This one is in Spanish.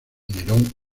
nerón